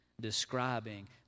Describing